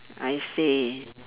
I see